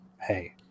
hey